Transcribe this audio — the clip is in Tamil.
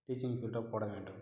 டீச்சிங் ஃபீல்டாக போட வேண்டும்